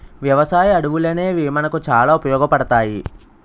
వ్యవసాయ అడవులనేవి మనకు చాలా ఉపయోగపడతాయి